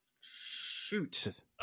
Shoot